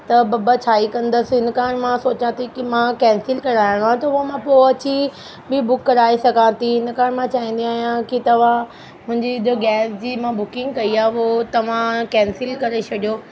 त ॿ ॿ छा ई कंदसि हिन कारण मां सोचा थी की मां कैंसिल कराइणो आहे त वो मां पोइ अची बि बुक कराए सघां थी हिन कारण मां चाहिंदी आहियां की तव्हां मुंहिंजी जो गैस जी मां बुकिंग कई आहे हो तव्हां कैंसिल करे छॾियो